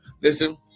Listen